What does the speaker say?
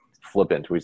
flippant